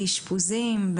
באשפוזים,